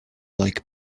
like